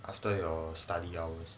after your study hours